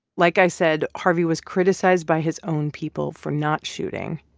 like i said, harvey was criticized by his own people for not shooting.